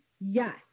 Yes